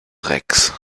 rex